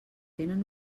tenen